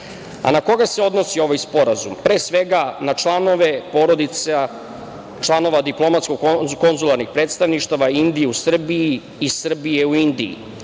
koga se odnosi ovaj sporazum. Pre svega na članove porodica, članove diplomatsko konzularnih predstavništava Indije u Srbiji i Srbije u Indiji,